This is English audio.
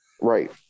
Right